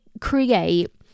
create